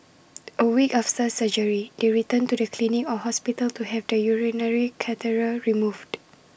A week after surgery they return to the clinic or hospital to have the urinary catheter removed